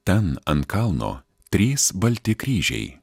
ten ant kalno trys balti kryžiai